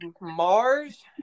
Mars